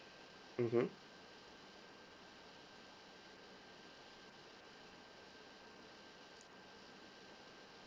mmhmm